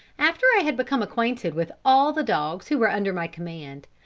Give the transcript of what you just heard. after i had become acquainted with all the dogs who were under my command,